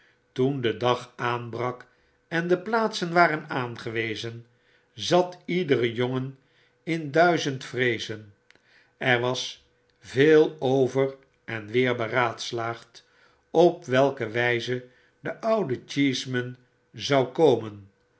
toen de dag aanbrak en de plaatsen waren aangewezen zat iedere jongen in duizend vreezen er was veel over en weer beraadslaagd op welke wgze de oude cheeseman zou komen